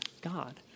God